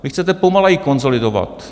Vy chcete pomaleji konsolidovat.